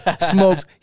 smokes